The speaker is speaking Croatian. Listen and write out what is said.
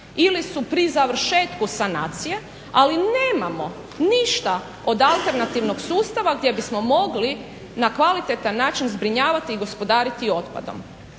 ili su pri završetku sanacije, ali nemamo ništa od alternativnog sustava gdje bismo mogli na kvalitetan način zbrinjavati i gospodariti otpadom.